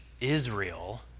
Israel